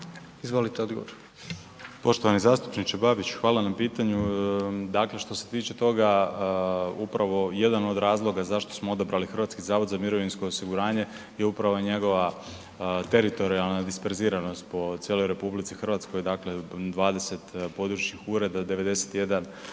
Josip (HDZ)** Poštovani zastupniče Babić. Hvala na pitanju. Dakle, što se tiče toga upravo jedan od razloga zašto smo odabrali HZMO je upravo njegova teritorijalna disperziranost po cijeloj RH, dakle 20 područnih ureda, 91 ispostava